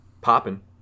Popping